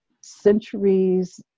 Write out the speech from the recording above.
centuries